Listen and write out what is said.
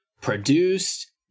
produced